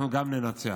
אנחנו גם ננצח.